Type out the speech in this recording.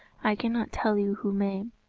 i cannot tell you who may.